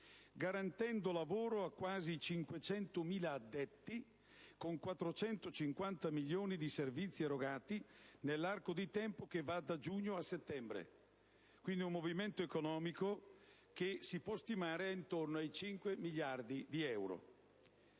garantendo lavoro a quasi 500.000 addetti, con 450 milioni di servizi erogati nell'arco di tempo che va da giugno a settembre: un movimento economico che si può quindi stimare intorno ai 5 miliardi di euro.